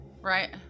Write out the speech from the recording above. right